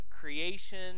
creation